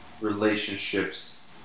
relationships